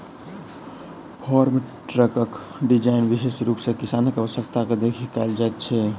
farm ट्रकक design विशेष रूप सॅ किसानक आवश्यकता के देखि कयल जाइत अछि